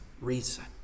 reason